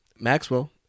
Maxwell